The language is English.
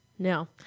No